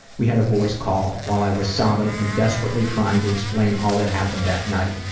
we had a voice call while i was sobbing and desperately trying to explain all that happened that night.